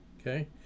okay